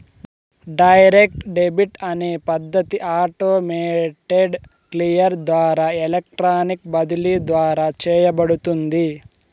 direct debit అనే పద్ధతి automated clear ద్వారా ఎలక్ట్రానిక్ బదిలీ ద్వారా చేయబడుతుంది